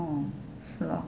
hmm 是 loh